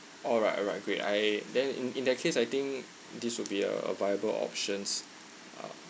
alright alright great I then in in that case I think this will be a a viable options uh